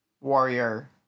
warrior